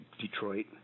Detroit